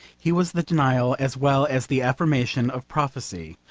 he was the denial as well as the affirmation of prophecy.